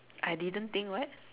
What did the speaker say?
I didn't think what